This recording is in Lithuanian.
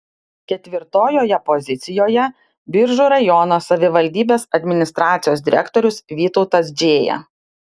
ketvirtojoje pozicijoje biržų rajono savivaldybės administracijos direktorius vytautas džėja